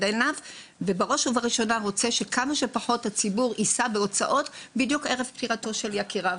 עיניו ורוצה שהציבור יישא בכמה שפחות הוצאות עם פטירת היקירים.